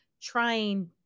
trying